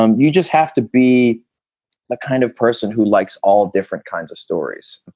um you just have to be the kind of person who likes all different kinds of stories.